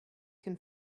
can